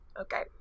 Okay